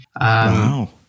wow